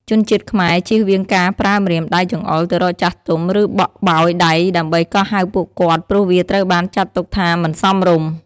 ជនជាតិខ្មែរជៀសវាងការប្រើម្រាមដៃចង្អុលទៅរកចាស់ទុំ ឬបក់បោយដៃដើម្បីកោះហៅពួកគាត់ ព្រោះវាត្រូវបានចាត់ទុកថាមិនសមរម្យ។